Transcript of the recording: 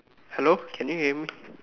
hello can you hear me